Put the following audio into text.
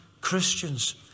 Christians